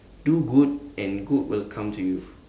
do good and good will come to you